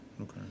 okay